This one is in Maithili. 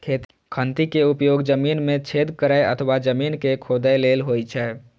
खंती के उपयोग जमीन मे छेद करै अथवा जमीन कें खोधै लेल होइ छै